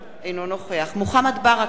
אינו נוכח מוחמד ברכה,